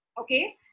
okay